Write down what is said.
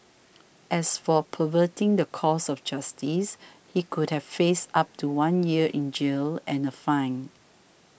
as for perverting the course of justice he could have faced up to one year in jail and a fine